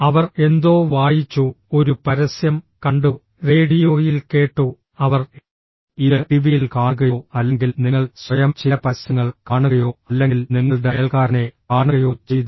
അവർ എന്തോ വായിച്ചു ഒരു പരസ്യം കണ്ടു റേഡിയോയിൽ കേട്ടു അവർ ഇത് ടിവിയിൽ കാണുകയോ അല്ലെങ്കിൽ നിങ്ങൾ സ്വയം ചില പരസ്യങ്ങൾ കാണുകയോ അല്ലെങ്കിൽ നിങ്ങളുടെ അയൽക്കാരനെ കാണുകയോ ചെയ്തു